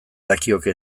dakioke